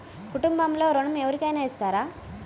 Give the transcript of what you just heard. కుటుంబంలో ఋణం ఎవరికైనా ఇస్తారా?